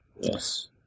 Yes